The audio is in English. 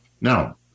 Now